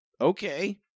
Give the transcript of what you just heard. okay